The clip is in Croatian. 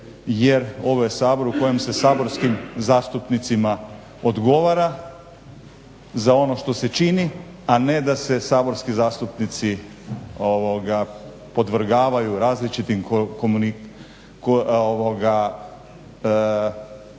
jer ovo je Sabor u kojem se saborskim zastupnicima odgovara za ono što se čini, a ne da se saborski zastupnici podvrgavaju različitim vašim grimasama.